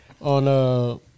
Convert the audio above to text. on